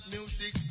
MUSIC